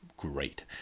great